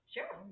Sure